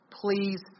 Please